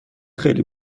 خیلی